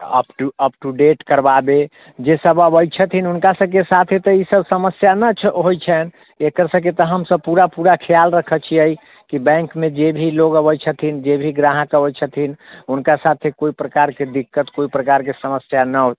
up to date करबाबै जे सभ अबै छथिन हुनका सभके साथे तऽ ई सभ समस्या नहि छै होइ छन्हि एकर सभके तऽ हम सभ पूरा पूरा ख्याल रखै छियै कि बैंकमे जे भी लोक अबै छथिन जे भी ग्राहक अबै छथिन हुनका साथे कोइ प्रकारके दिक्कत कोइ प्रकारके समस्या नहि